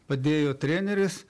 padėjo treneris